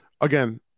Again